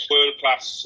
World-class